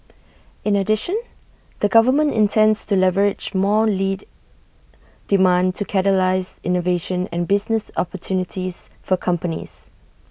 in addition the government intends to leverage more lead demand to catalyse innovation and business opportunities for companies